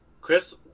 Chris